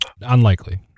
Unlikely